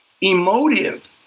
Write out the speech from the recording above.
emotive